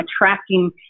attracting